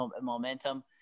momentum